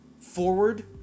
forward